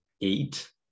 eight